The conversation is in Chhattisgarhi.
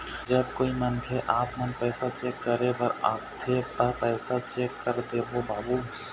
जब कोई मनखे आपमन पैसा चेक करे बर आथे ता पैसा चेक कर देबो बाबू?